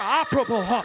operable